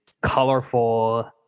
colorful